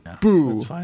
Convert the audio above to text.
boo